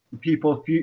people